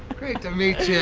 great to meet ya.